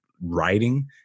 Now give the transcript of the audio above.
writing